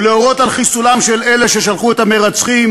ולהורות על חיסולם של אלה ששלחו את המרצחים